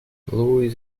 louis